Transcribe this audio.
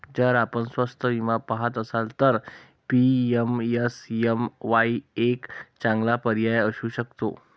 जर आपण स्वस्त विमा पहात असाल तर पी.एम.एस.एम.वाई एक चांगला पर्याय असू शकतो